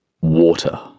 Water